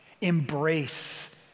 embrace